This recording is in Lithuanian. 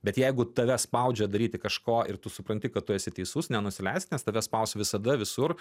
bet jeigu tave spaudžia daryti kažko ir tu supranti kad tu esi teisus nenusileisk nes tave spausti visada visur